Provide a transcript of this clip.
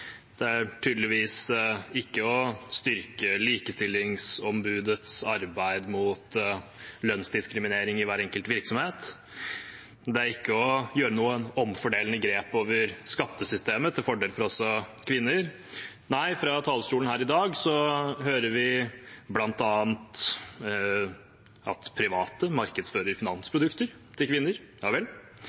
det er tydeligvis ikke å styrke Likestillingsombudets arbeid mot lønnsdiskriminering i hver enkelt virksomhet, og det er ikke å gjøre noen omfordelende grep over skattesystemet til fordel for kvinner. Nei, fra talerstolen her i dag hører vi bl.a. at private markedsfører finansprodukter til kvinner – ja vel